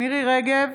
מירי מרים רגב,